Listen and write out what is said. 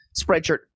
Spreadshirt